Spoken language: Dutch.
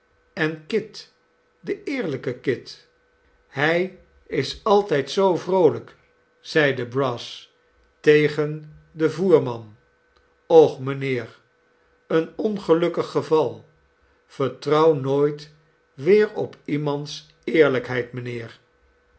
en kit de eerlijke kit hij is altijd zoo vroolijk zeide brass tegen den voerman och mijnheer een ongelukkig geval vertrouw nooit weer op iemands eerlijkheid mijnheer